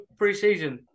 preseason